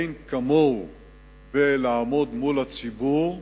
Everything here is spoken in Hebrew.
אין כמוהו בלעמוד מול הציבור,